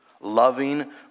loving